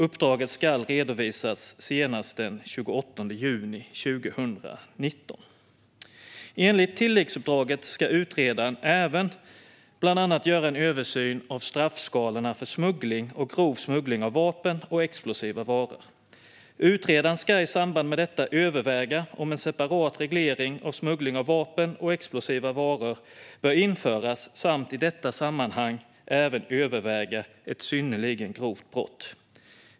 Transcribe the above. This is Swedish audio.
Uppdraget ska redovisas senast den 28 juni 2019. Enligt tilläggsuppdraget ska utredaren bland annat göra en översyn av straffskalorna för smuggling och grov smuggling av vapen och explosiva varor. Utredaren ska i samband med detta överväga om en separat reglering av smuggling av vapen och explosiva varor bör införas samt i detta sammanhang även överväga ett synnerligen grovt brott.